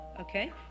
Okay